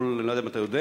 אני לא יודע אם אתה יודע,